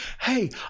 hey